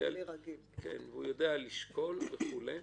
הוא יודע לשקול וכו'.